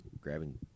grabbing